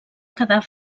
quedar